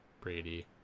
Brady